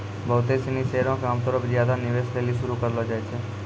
बहुते सिनी शेयरो के आमतौरो पे ज्यादे निवेश लेली शुरू करलो जाय छै